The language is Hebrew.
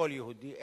כל יהודי,